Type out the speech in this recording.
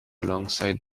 alongside